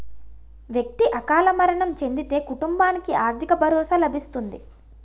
వ్యక్తి అకాల మరణం చెందితే కుటుంబానికి ఆర్థిక భరోసా లభిస్తుంది